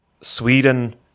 Sweden